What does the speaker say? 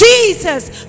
Jesus